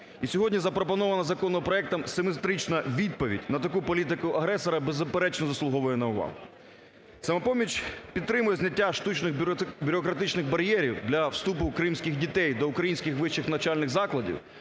І сьогодні запропонована законопроектом симетрична відповідь на таку політику агресора, беззаперечно, заслуговує на увагу. "Самопоміч" підтримує зняття штучних бюрократичних бар'єрів для вступу кримських дітей до українських вищих навчальних закладів,